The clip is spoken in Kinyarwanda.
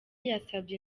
yasabye